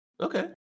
Okay